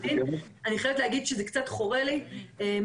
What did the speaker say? אני חייבת להגיד שזה קצת חורה לי להבין